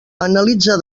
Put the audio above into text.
analitza